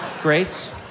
grace